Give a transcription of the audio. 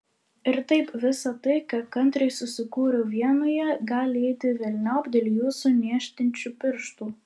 ir taip visa tai ką kantriai susikūriau vienoje gali eiti velniop dėl jūsų niežtinčių pirštų